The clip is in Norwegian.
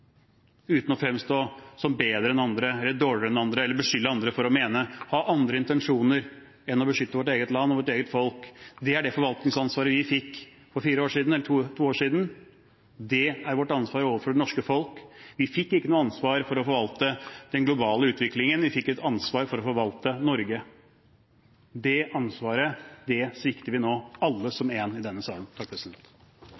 og vårt eget folk. Det er det forvaltningsansvaret vi fikk for to år siden. Det er vårt ansvar overfor det norske folk. Vi fikk ikke noe ansvar for å forvalte den globale utviklingen; vi fikk et ansvar for å forvalte Norge. Det ansvaret svikter vi nå, alle som en i denne salen.